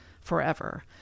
forever